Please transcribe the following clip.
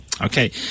okay